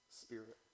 spirit